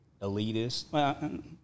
elitist